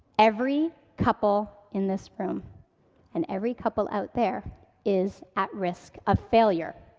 every couple in this room and every couple out there is at risk of failure.